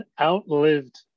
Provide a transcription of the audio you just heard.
outlived